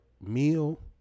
meal